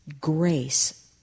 grace